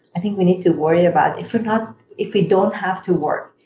i think we need to worry about if and if we don't have to work,